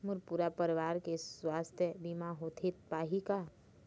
मोर पूरा परवार के सुवास्थ बीमा होथे पाही का?